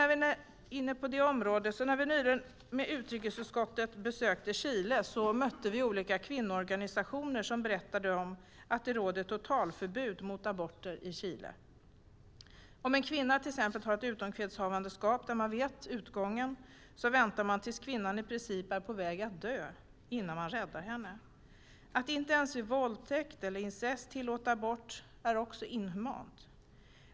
När vi nyligen med utrikesutskottet besökte Chile mötte vi olika kvinnoorganisationer som berättade om att det råder totalförbud mot aborter i Chile. Om en kvinna till exempel har ett utomkvedshavandeskap, där man vet utgången, väntar man tills kvinnan i princip är på väg att dö innan man räddar henne. Att inte ens vid våldtäkt och incest tillåta abort är inhumant.